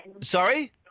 Sorry